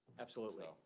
absolutely.